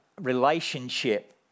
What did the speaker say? relationship